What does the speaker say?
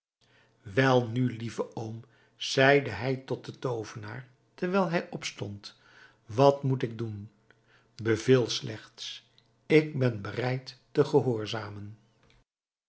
welnu lieve oom zeide hij tot den toovenaar terwijl hij opstond wat moet ik doen beveel slechts ik ben bereid te gehoorzamen